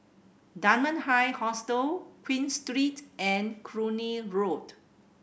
Dunman High Hostel Queen Street and Cluny Road